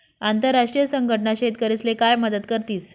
आंतरराष्ट्रीय संघटना शेतकरीस्ले काय मदत करतीस?